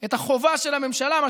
את החובה של הממשלה לוועדות איתור,